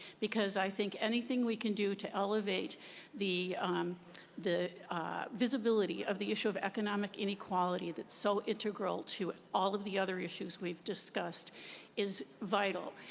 because i think anything we can do to elevate the um the visibility of the issue of economic inequality that's so integral to all of the other issues we've discussed is vital.